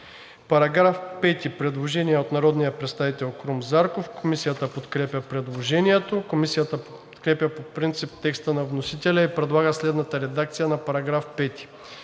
По § 5 има предложение от народния представител Крум Зарков. Комисията подкрепя предложението. Комисията подкрепя по принцип текста на вносителя и предлага следната редакция на § 5: „§ 5.